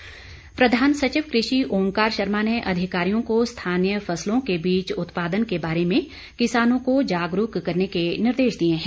ओंकार शर्मा प्रधान सचिव कृषि ओंकार शर्मा ने अधिकारियों को स्थानीय फसलों के बीच उत्पादन के बारे में किसानों को जागरूक करने के निर्देश दिए हैं